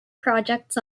projects